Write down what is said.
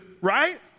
right